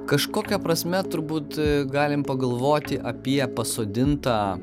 kažkokia prasme turbūt galim pagalvoti apie pasodintą